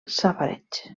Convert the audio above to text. safareig